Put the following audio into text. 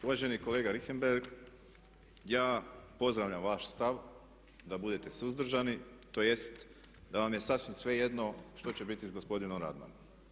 Uvaženi kolega Richembergh, ja pozdravljam vaš stav da budete suzdržani, tj. da vam je sasvim svejedno što će biti s gospodinom Radmanom.